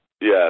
yes